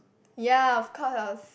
ya of course I was